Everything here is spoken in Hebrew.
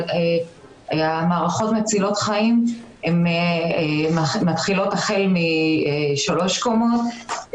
אבל המערכות מצילות החיים מתחילות החל משלוש קומות,